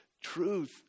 truth